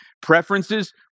preferences